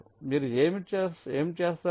మీరు ఏమి చేస్తారు